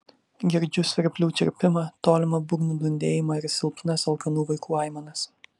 girdžiu svirplių čirpimą tolimą būgnų dundėjimą ir silpnas alkanų vaikų aimanas